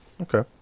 Okay